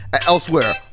elsewhere